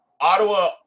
Ottawa